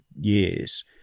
years